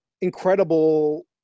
incredible